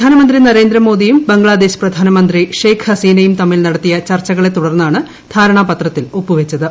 പ്രധാനമന്ത്രി നരേന്ദ്രമോദിയും ബംഗ്ലാദേശ് പ്രപ്രധാനമന്ത്രി ഷെയ്ഖ് ഹസീനയും തമ്മിൽ നടത്തിയ ചർച്ചകളെതുടർന്നാണ് ധാരണാപത്രത്തിൽ ഒപ്പുവച്ചത്